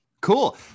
cool